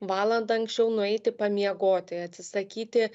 valandą anksčiau nueiti pamiegoti atsisakyti